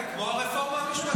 כן, כמו הרפורמה המשפטית.